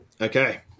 okay